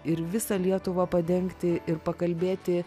ir visą lietuvą padengti ir pakalbėti